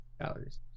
calories